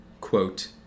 quote